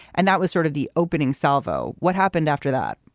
and that was sort of the opening salvo. what happened after that?